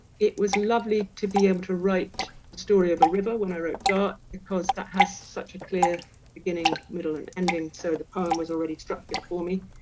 it was lovely to be able to write the story of a river when i wrote dart because that has such a clear beginning middle and ending so the poem was already structured for me.